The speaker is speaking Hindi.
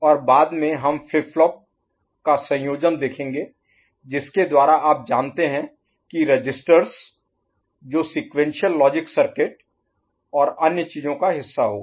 और बाद में हम फ्लिप फ्लॉप का संयोजन देखेंगे जिसके द्वारा आप जानते हैं कि रजिस्टरस जो सीक्वेंशियल लॉजिक सर्किट और अन्य चीजों का हिस्सा होगा